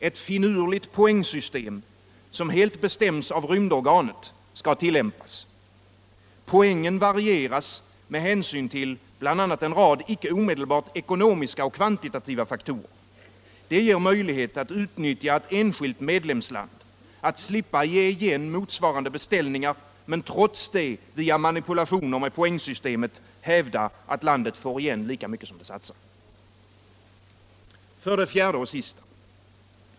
Ett finurligt poängsystem, som helt bestämmes av rymdorganet, skall tillämpas. Poängen varieras med hänsyn till bl.a. en rad icke omedelbart ekonomiska och kvantitativa faktorer. Det ger möjlighet att utnyttja ett enskilt medlemsland, att slippa ge igen motsvarande beställningar men trots det via manipulationer med poängsystemet hävda att landet får igen lika mycket som det satsar. 4.